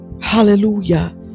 Hallelujah